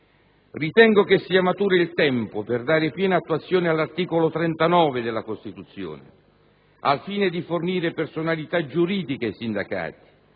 Ritengo che sia maturo il tempo per dare piena attuazione all'articolo 39 della Costituzione al fine di fornire personalità giuridica ai sindacati